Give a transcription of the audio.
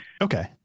okay